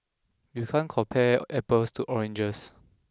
you can't compare apples to oranges